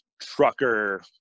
trucker